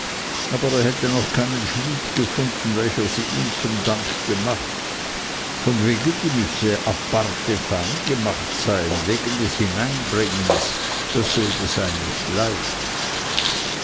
aber er hätte noch keinen schmied gefunden welcher sie ihm zu dank gemacht von wegen die müsse aparte fein gemacht sein wegen des hineinbringens dasselbe sei nicht leicht